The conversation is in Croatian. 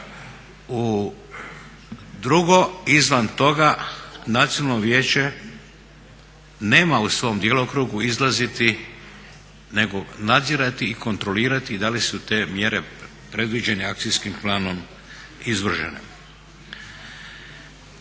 Drugo izvan toga Nacionalno vijeće nema u svom djelokrugu izlaziti nego nadzirati i kontrolirati da li su te mjere predviđene akcijskim planom izvršene.